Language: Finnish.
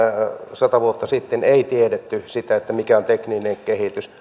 sata vuotta sitten ei tiedetty mikä on tekninen kehitys